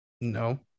No